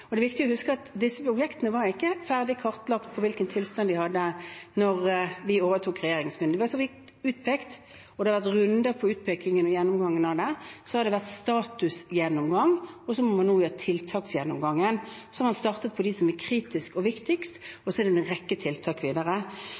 koste. Det er viktig å huske at disse objektene ikke var ferdig kartlagt med tanke på hvilken tilstand de var i, da vi overtok regjeringsmakten. De var så vidt utpekt, og det har vært runder med utpeking og gjennomgang av det. Det har vært statusgjennomgang, og så må man nå ha tiltaksgjennomgangen. Man har startet med dem som er kritiske og viktigst, og så er det en rekke tiltak videre.